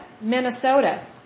Minnesota